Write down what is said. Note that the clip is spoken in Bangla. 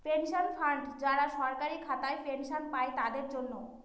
পেনশন ফান্ড যারা সরকারি খাতায় পেনশন পাই তাদের জন্য